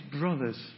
brothers